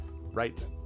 Right